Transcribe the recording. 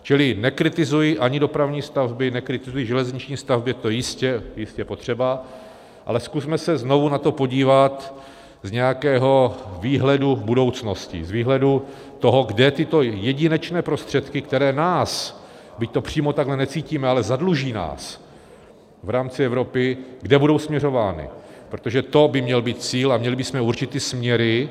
Čili nekritizuji ani dopravní stavby, nekritizuji železniční stavby, to je jistě potřeba, ale zkusme se znovu na to podívat z nějakého výhledu v budoucnosti, z výhledu toho, kde tyto jedinečné prostředky, které nás, byť to přímo takhle necítíme, ale zadluží nás v rámci Evropy, kam budou směřovány, protože to by měl být cíl a měli bychom určit ty směry.